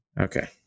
Okay